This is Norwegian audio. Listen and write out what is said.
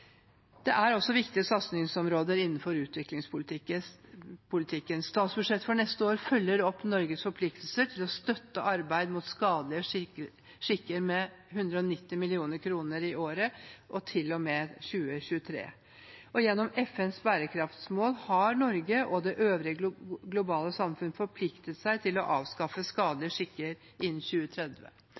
Det er også viktige satsingsområder innenfor utviklingspolitikken. Statsbudsjettet for neste år følger opp Norges forpliktelser til å støtte arbeid mot skadelige skikker med 190 mill. kr i året til og med 2023. Gjennom FNs bærekraftsmål har Norge og det øvrige globale samfunnet forpliktet seg til å avskaffe skadelige skikker innen 2030.